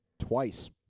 twice